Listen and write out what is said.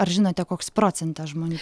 ar žinote koks procentas žmonių